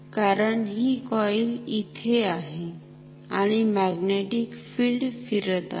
कारण हि कॉईल इथे आहे आणि मॅग्नेटिक फील्ड फिरत आहे